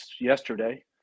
yesterday